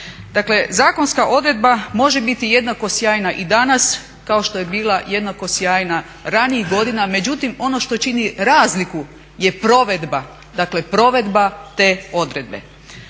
Dakle, zakonska odredba može biti jednako sjajna i danas, kao što je bila jednako sjajna ranijih godina, međutim ono što čini razliku je provedba, dakle provedba te odredbe.